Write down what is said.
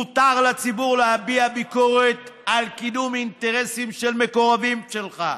מותר לציבור להביע ביקורת על קידום אינטרסים של מקורבים שלך.